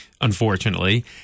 unfortunately